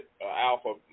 alpha